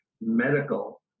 medical